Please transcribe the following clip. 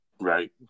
Right